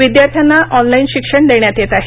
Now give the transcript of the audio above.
विद्यार्थ्यांना ऑनलाइन शिक्षण देण्यात येत आहे